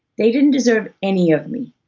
they didn't deserve any of me,